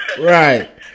right